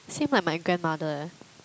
seem like my grandmother eh